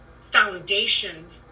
foundation